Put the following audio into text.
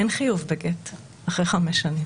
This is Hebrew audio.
אין חיוב בגט אחרי חמש שנים.